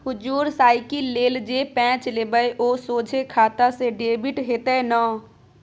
हुजुर साइकिल लेल जे पैंच लेबय ओ सोझे खाता सँ डेबिट हेतेय न